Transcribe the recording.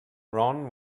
ron